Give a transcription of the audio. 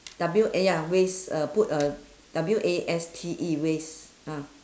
W A ya waste uh put a W A S T E waste ah